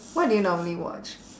what do you normally watch